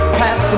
pass